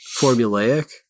formulaic